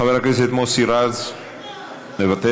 חבר הכנסת מוסי רז, מוותר,